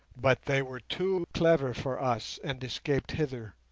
but they were too clever for us, and escaped hither.